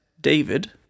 David